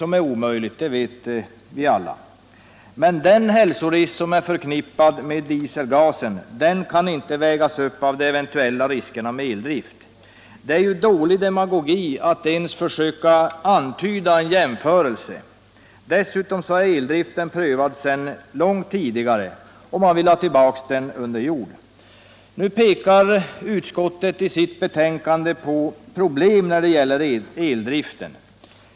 Men den hälsorisk som är förknippad med dieselgasen kan inte vägas upp av de eventuella riskerna med eldrift. Det är ren demagogi att ens försöka antyda en jämförelse. Dessutom är cldriften prövad sedan lång ud tillbaka, och man vill ha tillbaks den under jord. : Utskottet pekar i sitt betänkande också på problem med eldriften.